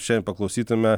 šiandien paklausytume